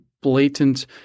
blatant –